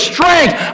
Strength